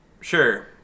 Sure